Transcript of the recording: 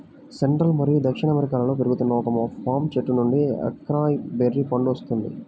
central మరియు దక్షిణ అమెరికాలో పెరుగుతున్న ఒక పామ్ చెట్టు నుండి అకాయ్ బెర్రీ పండు వస్తుంది